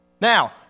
Now